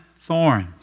thorns